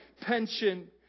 pension